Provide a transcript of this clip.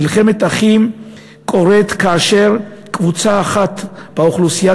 מלחמת אחים קורית כאשר קבוצה אחת באוכלוסייה